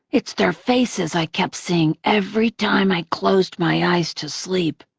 it's their faces i kept seeing every time i closed my eyes to sleep.